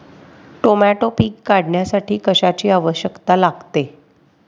Tomato पीक काढण्यासाठी कशाची आवश्यकता लागते?